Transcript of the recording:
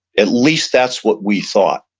at least, that's what we thought.